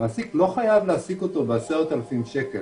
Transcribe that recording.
המעסיק לא חייב להעסיק אותו ב-10,000 שקל.